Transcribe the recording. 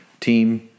team